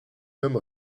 nomme